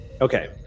Okay